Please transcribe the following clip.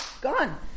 gone